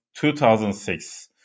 2006